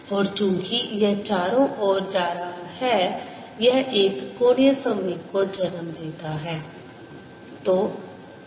और चूंकि यह चारों ओर जा रहा है यह एक कोणीय संवेग को जन्म देता है